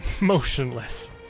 motionless